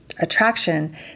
attraction